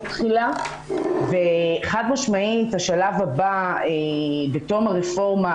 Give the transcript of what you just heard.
תחילה וחד משמעית השלב הבא בתום הרפורמה,